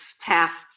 tasks